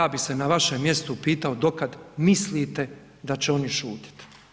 Ja bih se na vašem mjestu pitao do kad mislite da će oni šutjeti.